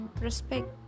respect